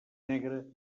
negre